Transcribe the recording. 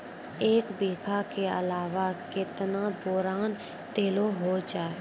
एक बीघा के अलावा केतना बोरान देलो हो जाए?